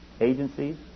Agencies